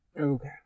Okay